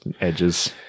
edges